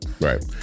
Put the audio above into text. Right